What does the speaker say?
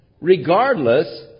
Regardless